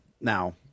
now